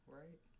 right